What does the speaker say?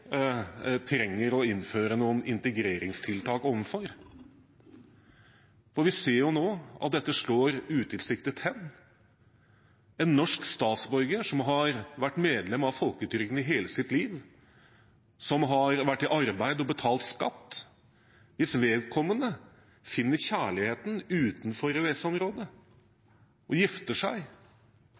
trenger å innføre noen integreringstiltak overfor. For vi ser nå at dette slår utilsiktet ut. Hvis en norsk statsborger som har vært medlem av folketrygden i hele sitt liv, som har vært i arbeid og betalt skatt, finner kjærligheten utenfor EØS-området og gifter seg,